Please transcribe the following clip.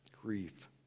Grief